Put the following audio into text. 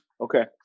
okay